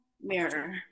mirror